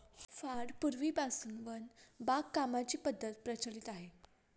फार पूर्वीपासून वन बागकामाची पद्धत प्रचलित आहे